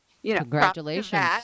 Congratulations